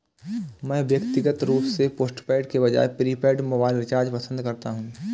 मैं व्यक्तिगत रूप से पोस्टपेड के बजाय प्रीपेड मोबाइल रिचार्ज पसंद करता हूं